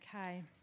Okay